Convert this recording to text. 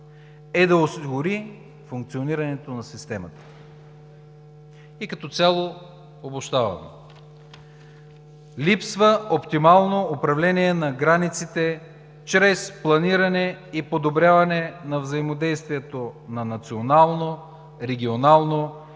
е да осигури функционирането на системата. Като цяло обобщавам: липсва оптимално управление на границите чрез планиране и подобряване на взаимодействието на национално, регионално